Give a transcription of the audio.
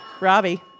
Robbie